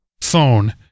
phone